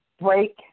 break